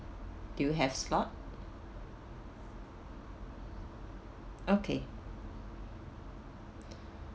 do you have slot okay